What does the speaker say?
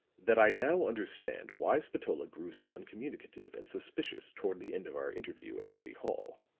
that i now understand why spatola grew so uncommunicative and suspicious toward the end of our interview at city hall.